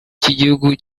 cy’igihugu